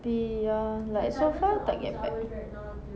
tapi ya like so far tak get back